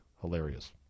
hilarious